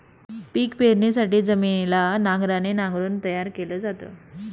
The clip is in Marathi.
पिक पेरणीसाठी जमिनीला नांगराने नांगरून तयार केल जात